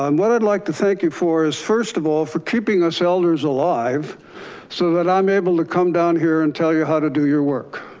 um what i'd like to thank you for is first of all, for keeping us elders alive so that i'm able to come down here and tell you how to do your work.